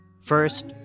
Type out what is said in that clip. First